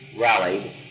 rallied